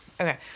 Okay